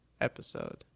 episode